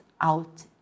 out